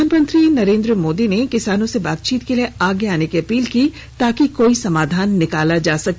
प्रधानमंत्री मोदी ने किसानों से बातचीत के लिए आगे आने की अपील की ताकि कोई समाधान निकाला जा सके